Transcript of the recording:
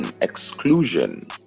exclusion